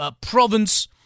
province